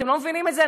אתם לא מבינים את זה?